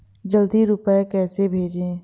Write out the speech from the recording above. जल्दी रूपए कैसे भेजें?